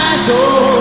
so.